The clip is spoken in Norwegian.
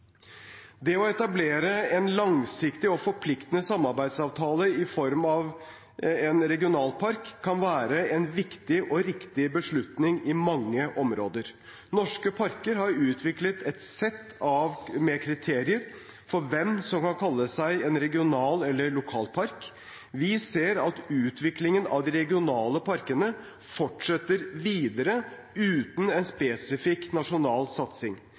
Det å etablere en langsiktig og forpliktende samarbeidsavtale i form av en regionalpark kan være en viktig og riktig beslutning i mange områder. Norske Parker har utviklet et sett med kriterier for hvem som kan kalle seg en regional eller lokal park. Vi ser at utviklingen av de regionale parkene fortsetter videre, uten en spesifikk nasjonal satsing.